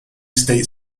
state